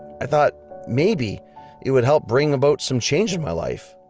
i thought maybe it would help bring about some change in my life.